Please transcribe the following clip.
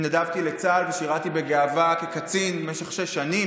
התנדבתי לצה"ל ושירתי בגאווה כקצין במשך שש שנים,